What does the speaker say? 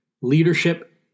leadership